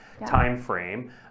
timeframe